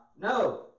No